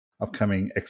upcoming